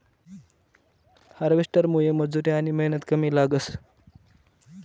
हार्वेस्टरमुये मजुरी आनी मेहनत कमी लागस